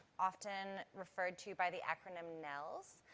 often referred to by the acronym nnels.